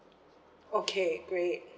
okay great